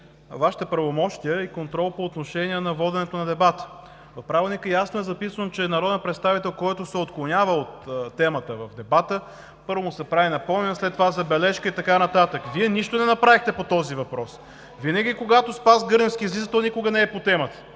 Вашите правомощия и контрол по отношение на воденето на дебата. В Правилника ясно е записано, че народен представител, който се отклонява от темата в дебата, първо, му се прави напомняне, след това забележка и така нататък. Вие нищо не направихте по този въпрос. Винаги, когато Спас Гърневски излиза, то никога не е по темата.